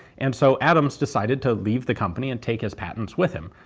and so adams decided to leave the company and take his patents with him.